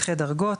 מתחי דרגות,